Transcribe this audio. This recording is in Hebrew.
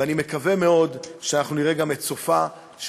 ואני מקווה מאוד שאנחנו נראה גם את סופה של